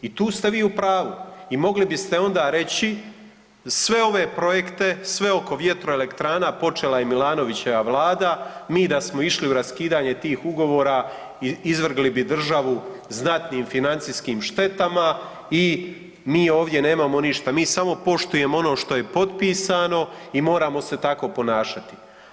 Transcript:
I tu ste vi u pravu i mogli biste onda reći, sve ove projekte, sve oko VE počela je Milanovićeva vlada, mi da smo išli u raskidanje tih ugovora izvrgli bi državu znatnim financijskim štetama i mi ovdje nemamo ništa, mi samo poštujemo ono što je potpisano i moramo se tako ponašati.